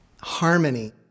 harmony